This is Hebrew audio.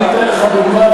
אני אתן לך דוגמה,